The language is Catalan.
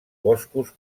boscos